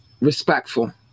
respectful